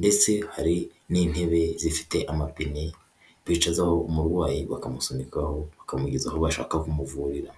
ndetse hari n'intebe zifite amapine bicazaho umurwayi bakamusunikaho bakamugeza aho bashaka kumuvurira.